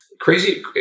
Crazy